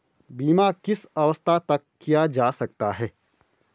बीमा किस अवस्था तक किया जा सकता है?